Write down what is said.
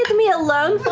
ah me alone,